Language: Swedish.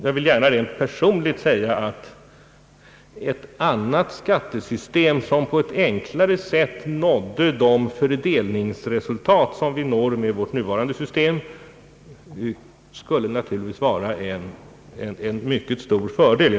Jag vill gärna rent personligt säga att ett annat skattesystem sor på ett enklare sätt nådde de fördelningsresultat som vi når med vårt nuvarande system naturligtvis skulle vara en mycket stor fördel.